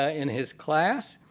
ah in his class.